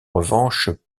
revanche